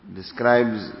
describes